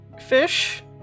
fish